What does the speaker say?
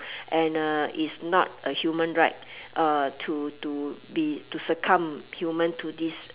and uh it's not a human right uh to to be to succumb human to this